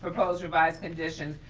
proposed revised conditions,